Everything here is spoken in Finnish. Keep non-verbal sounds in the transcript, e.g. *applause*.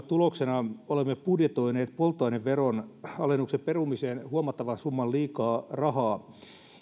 *unintelligible* tuloksena olemme budjetoineet polttoaineveron alennuksen perumiseen huomattavan summan liikaa rahaa